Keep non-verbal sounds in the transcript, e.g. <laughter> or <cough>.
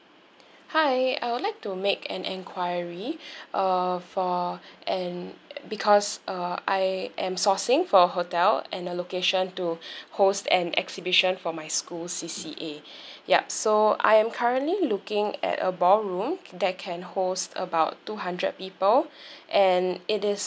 hi I would like to make an enquiry <breath> uh for an because uh I am sourcing for a hotel and the location to <breath> host an exhibition from my school C_C_A yup so I am currently looking at a ballroom that can host about two hundred people <breath> and it is